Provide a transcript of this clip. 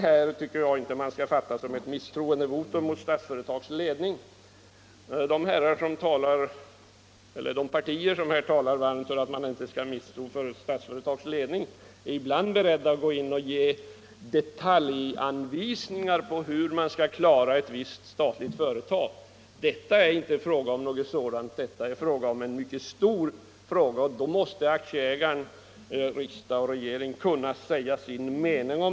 Jag tycker inte man skall fatta detta som ett misstroendevotum mot Statsföretags ledning. De partier som här varmt talar för att man inte bör misstro Statsföretags ledning är minsann ibland beredda att gå in och ge detaljanvisningar om hur ett visst statligt företag skall skötas. Här handlar det inte om något sådant. Detta är en mycket stor fråga, och då måste aktieägaren — riksdag och regering — kunna få säga sin mening.